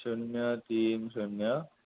शुन्य तीन शुन्य